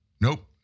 Nope